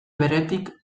beretik